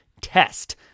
test